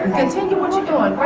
continue what you're